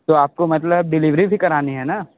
तो आपको मतलब डिलीवरी भी करानी है ना